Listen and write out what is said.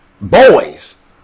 boys